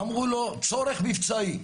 אמרו לו 'צורך מבצעי'.